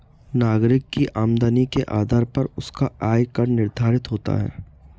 नागरिक की आमदनी के आधार पर उसका आय कर निर्धारित होता है